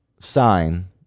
Sign